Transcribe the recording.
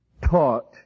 taught